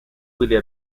были